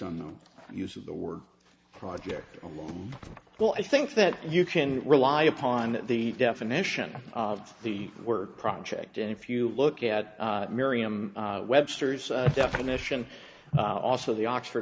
on the use of the word project a lot well i think that you can rely upon the definition of the word project and if you look at merriam webster's definition also the oxford